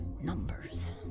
numbers